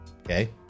Okay